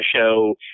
show